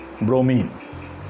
bromine